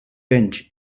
bench